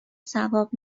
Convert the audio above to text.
ثواب